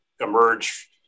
emerge